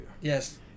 Yes